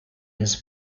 his